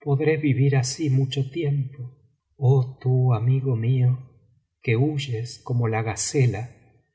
podré vivir asi mucho tiempo oh tú amigo mío que huyes como la gacela